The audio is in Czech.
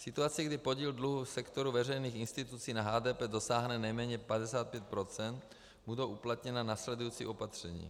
Situace, kdy podíl dluhu v sektoru veřejných institucí na HDP dosáhne nejméně 55 %, budou uplatněna následující opatření.